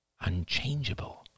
Unchangeable